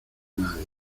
nadie